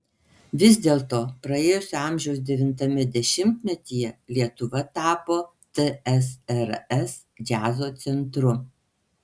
vis dėlto praėjusio amžiaus devintame dešimtmetyje lietuva tapo tsrs džiazo centru